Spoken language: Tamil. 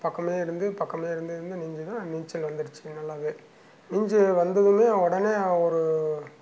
பக்கமே இருந்து பக்கமே இருந்து இருந்து நீஞ்சுன்னா நீச்சல் வந்துருச்சி நல்லாவே நீஞ்சி வந்ததுமே உடனே ஒரு